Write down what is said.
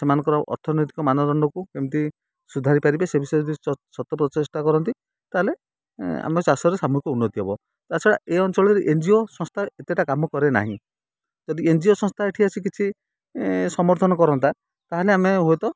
ସେମାନଙ୍କର ଅର୍ଥନୈତିକ ମାନଦଣ୍ଡକୁ କେମିତି ସୁଧାରି ପାରିବେ ସେ ବିଷୟରେ ଯଦି ସତ ପ୍ରଚେଷ୍ଟା କରନ୍ତି ତା'ହେଲେ ଆମ ଚାଷରେ ସାମୁହିକ ଉନ୍ନତି ହେବ ତା'ଛଡ଼ା ଏ ଅଞ୍ଚଳରେ ଏନ୍ ଜି ଓ ସଂସ୍ଥା ଏତେଟା କାମ କରେ ନାହିଁ ଯଦି ଏନ୍ ଜି ଓ ସଂସ୍ଥା ଏଠି ଆସି କିଛି ସମର୍ଥନ କରନ୍ତା ତା'ହେଲେ ଆମେ ହୁଏ ତ